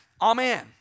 Amen